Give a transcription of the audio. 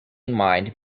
mined